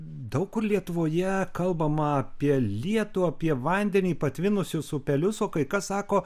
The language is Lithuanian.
daug kur lietuvoje kalbama apie lietų apie vandenį patvinusius upelius o kai kas sako